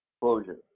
Closure